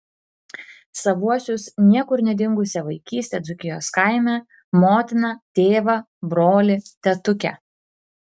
savuosius niekur nedingusią vaikystę dzūkijos kaime motiną tėvą brolį tetukę